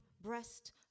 breast